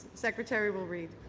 secretary will read.